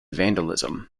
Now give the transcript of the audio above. vandalism